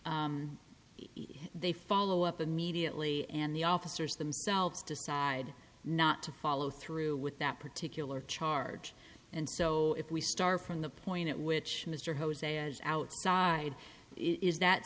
here they follow up immediately and the officers themselves decide not to follow through with that particular charge and so if we start from the point at which mr jose is outside is that